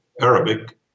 Arabic